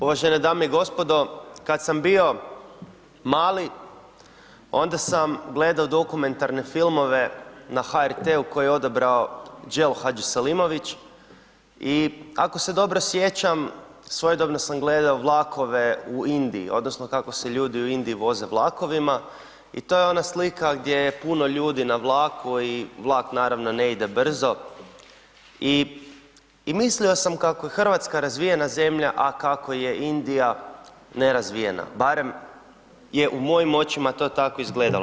Uvažene dame i gospodo, kad sam bio mali onda sam gledao dokumentarne filmove na HRT-u koje je odabrao Đelo Hadžiselimović i ako se dobro sjećam svojedobno sam gledao vlakove u Indiji, odnosno kako se ljudi u Indiji voze vlakovima i to je ona slika gdje je puno ljudi na vlaku i vlak naravno ne ide brzo i mislio sam kako je Hrvatska razvijena zemlja, a kako je Indija nerazvijena, barem je u mojim očima to tako izgledalo.